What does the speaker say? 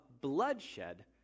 bloodshed